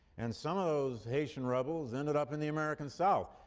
and some of those haitian rebels ended up in the american south.